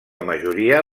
majoria